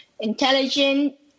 intelligent